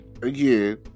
Again